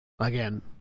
Again